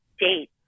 date